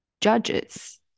judges